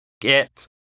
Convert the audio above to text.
get